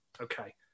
okay